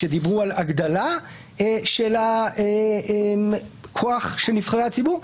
שדיברו על הגדלה של הכוח של נבחרי הציבור,